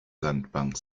sandbank